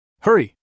Hurry